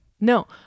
No